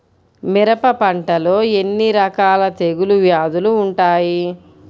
మిరప పంటలో ఎన్ని రకాల తెగులు వ్యాధులు వుంటాయి?